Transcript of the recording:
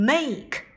Make